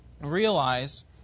realized